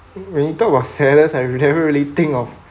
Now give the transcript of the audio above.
when you talk about sadness I'll never really think of